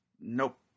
nope